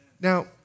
Now